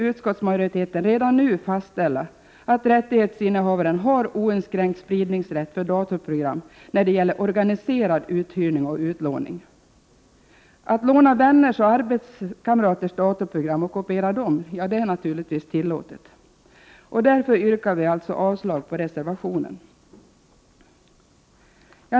Utskottsmajoriteten vill därför redan nu fastställa att rättighetsinnehavaren har oinskränkt spridningsrätt för datorprogram när det gäller organiserad uthyrning och utlåning. Att låna — Prot. 1988/89:120 vänners och arbetskamraters datorprogram och kopiera dem är naturligtvis 24maj 1989 tillåtet. Därför yrkar jag avslag på reservationen.